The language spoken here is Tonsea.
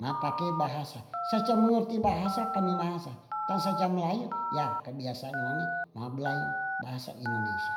ma pake bahasa sa ca mengerti bahasa kami mahasa ta sa cam lair ya kabiasaan wange ma mlayu bahasa indonesia.